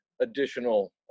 additional